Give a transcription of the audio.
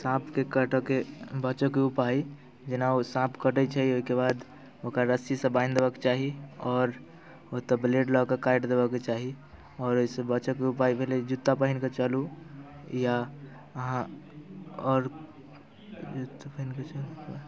साँपके काटऽके बचऽके उपाय जेना ओ साँप कटै छै ओहिके बाद ओकरा रस्सीसँ बान्हि देबऽके चाही आओर ओतऽ ब्लेड लऽ कऽ काटि देबऽके चाही आओर ओहिसँ बचऽके उपाय भेलै जूता पहिनकऽ चलू या अहाँ आओर जूता पहिनकऽ चलू ई तऽ भेलै